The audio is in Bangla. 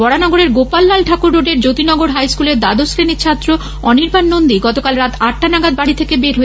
বরানগরের গোপাল লাল ঠাকুর রোড়ের জ্যোতিনগর হাইস্কুলের দ্বাদশ শ্রেণীর ছাত্র অনির্বান নন্দী গতকাল রাত আটাটা নাগাদ বাড়ি থেকে বের হয়